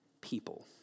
people